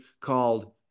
called